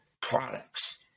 products